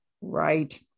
right